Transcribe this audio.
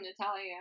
Natalia